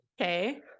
Okay